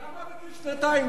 למה לא בגיל שנתיים